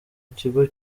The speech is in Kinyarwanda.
ikigo